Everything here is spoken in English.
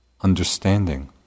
understanding